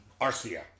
Arcia